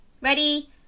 Ready